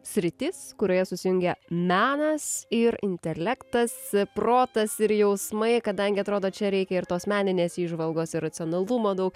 sritis kurioje susijungia menas ir intelektas protas ir jausmai kadangi atrodo čia reikia ir tos meninės įžvalgos ir racionalumo daug